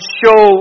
show